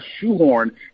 shoehorn